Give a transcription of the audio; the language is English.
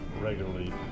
regularly